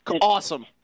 Awesome